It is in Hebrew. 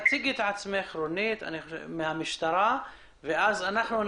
מהמשטרה בבקשה.